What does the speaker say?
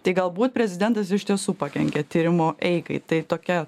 tai galbūt prezidentas iš tiesų pakenkė tyrimo eigai tai tokia